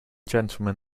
gentlemen